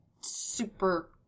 super